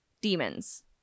demons